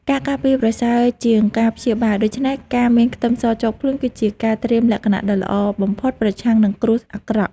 ការការពារប្រសើរជាងការព្យាបាលដូច្នេះការមានខ្ទឹមសជាប់ខ្លួនគឺជាការត្រៀមលក្ខណៈដ៏ល្អបំផុតប្រឆាំងនឹងគ្រោះអាក្រក់។